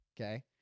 okay